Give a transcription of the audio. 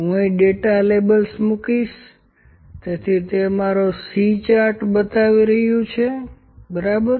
હું અહીં data labels મૂકીશ તેથી તે અહીં મારો C ચાર્ટ બતાવી રહ્યું છે બરાબર